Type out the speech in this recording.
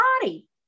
body